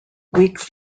weeks